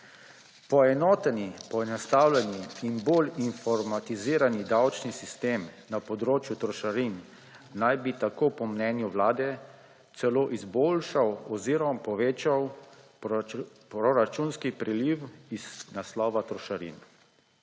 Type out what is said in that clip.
Poenoteni, poenostavljeni in bolj informatizirani davčni sistem na področju trošarin naj bi tako po mnenju vlade celo izboljšal oziroma povečal proračunski priliv iz naslova trošarin.